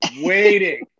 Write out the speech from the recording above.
waiting